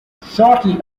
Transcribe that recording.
shortly